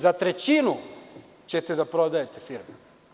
Za trećinu ćete da prodajete firmu.